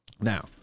Now